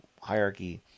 hierarchy